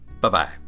Bye-bye